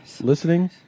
listening